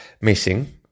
missing